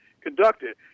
conducted